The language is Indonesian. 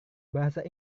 bahasa